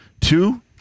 two